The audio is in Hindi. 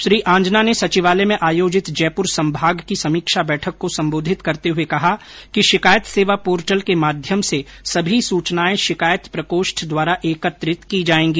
श्री आंजना ने सचिवालय में आयोजित जयपुर संभाग की समीक्षा बैठक को संबोधित करते हुये कहा कि शिकायत सेवा पोर्टल के माध्यम से सभी सूचनायें शिकायत प्रकोष्ठ द्वारा एकत्रित की जायेगी